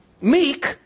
meek